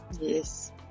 Yes